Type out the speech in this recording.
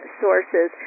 sources